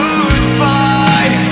Goodbye